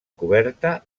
coberta